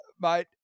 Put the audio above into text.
Mate